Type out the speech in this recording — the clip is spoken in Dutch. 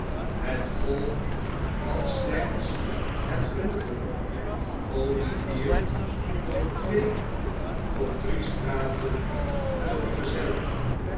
het volk staarde had slechts het genoegen olivier door twee of drie straten te vergezellen